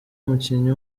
umukinnyi